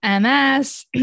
MS